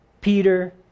Peter